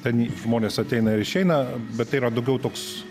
ten žmonės ateina ir išeina bet tai yra daugiau toks